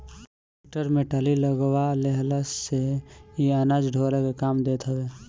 tractor में trolley लगवा लेहला से इ अनाज ढोअला के काम देत हवे